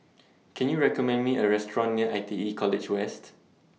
Can YOU recommend Me A Restaurant near I T E College West